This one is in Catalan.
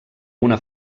una